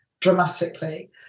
dramatically